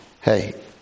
hey